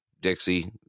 Dixie